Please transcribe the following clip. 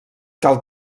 cal